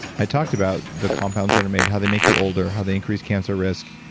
i talked about the compounds that are made, how they make you older, how they increase cancer risk,